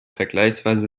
vergleichsweise